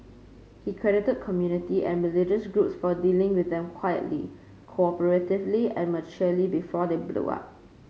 he credited community and religious groups for dealing with them quietly cooperatively and maturely before they blow up